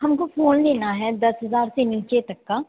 हमको फोन लेना है दस हजार से नीचे तक का